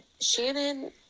Shannon